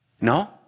No